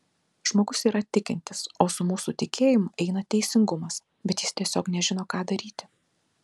žmogus yra tikintis o su mūsų tikėjimu eina teisingumas bet jis tiesiog nežino ką daryti